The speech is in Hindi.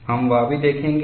हम वह भी देखेंगे